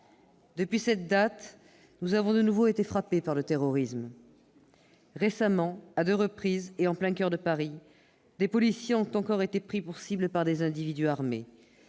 Depuis cette date, nous avons de nouveau été frappés par le terrorisme. Récemment, à deux reprises et en plein coeur de Paris, des policiers ont encore été pris pour cible par des individus armés.